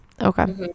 okay